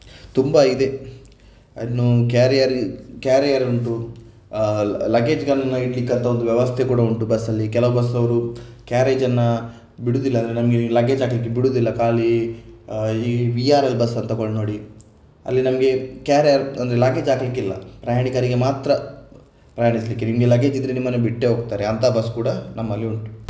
ತುಂಬ ಇದೆ ಇನ್ನು ಕ್ಯಾರಿಯರ್ ಕ್ಯಾರಿಯರ್ ಉಂಟು ಲಗೇಜ್ಗಳನ್ನು ಇಡಲಿಕ್ಕಂತ ಒಂದು ವ್ಯವಸ್ಥೆ ಕೂಡ ಉಂಟು ಬಸ್ಸಲ್ಲಿ ಕೆಲವು ಬಸ್ಸವರು ಕ್ಯಾರೇಜನ್ನು ಬಿಡುವುದಿಲ್ಲ ಅಂದರೆ ನಮಗೆ ಲಗೇಜ್ ಹಾಕಲಿಕ್ಕೆ ಬಿಡುವುದಿಲ್ಲ ಖಾಲಿ ಈ ವಿ ಆರ್ ಎಲ್ ಬಸ್ಸನ್ನು ತೆಕೊಂಡು ನೋಡಿ ಅಲ್ಲಿ ನಮಗೆ ಕ್ಯಾರಿಯರ್ ಅಂದರೆ ಲಗೇಜ್ ಹಾಕಲಿಕ್ಕಿಲ್ಲ ಪ್ರಯಾಣಿಕರಿಗೆ ಮಾತ್ರ ಪ್ರಯಾಣಿಸಲಿಕ್ಕೆ ನಿಮಗೆ ಲಗೇಜ್ ಇದ್ದರೆ ನಿಮ್ಮನ್ನು ಬಿಟ್ಟೇ ಹೋಗ್ತಾರೆ ಅಂಥ ಬಸ್ ಕೂಡ ನಮ್ಮಲ್ಲಿ ಉಂಟು